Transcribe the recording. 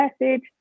message